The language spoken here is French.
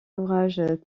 ouvrages